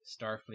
Starfleet